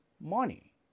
money